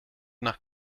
nach